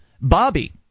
Bobby